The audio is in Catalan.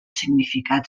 significat